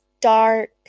dark